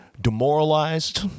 demoralized